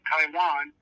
Taiwan